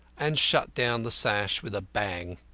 and shut down the sash with a bang.